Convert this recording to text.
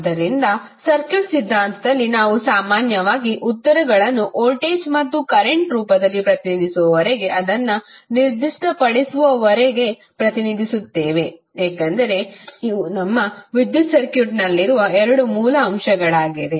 ಆದ್ದರಿಂದ ಸರ್ಕ್ಯೂಟ್ ಸಿದ್ಧಾಂತದಲ್ಲಿ ನಾವು ಸಾಮಾನ್ಯವಾಗಿ ಉತ್ತರಗಳನ್ನು ವೋಲ್ಟೇಜ್ ಮತ್ತು ಕರೆಂಟ್ ರೂಪದಲ್ಲಿ ಪ್ರತಿನಿಧಿಸುವವರೆಗೆ ಮತ್ತು ಅದನ್ನು ನಿರ್ದಿಷ್ಟಪಡಿಸುವವರೆಗೆ ಪ್ರತಿನಿಧಿಸುತ್ತೇವೆ ಏಕೆಂದರೆ ಇವು ನಮ್ಮ ವಿದ್ಯುತ್ ಸರ್ಕ್ಯೂಟ್ನಲ್ಲಿರುವ ಎರಡು ಮೂಲ ಅಂಶಗಳಾಗಿವೆ